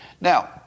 Now